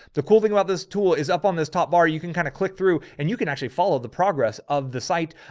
the cool thing about this tool is up on this top bar. you can kind of click through and you can actually follow the progress of the site.